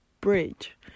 bridge